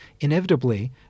inevitably